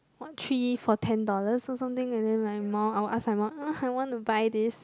what three for ten dollars or something and then like ma I will ask my mum I want to buy this